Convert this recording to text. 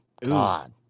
god